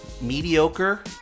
Mediocre